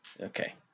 Okay